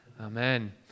Amen